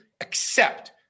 accept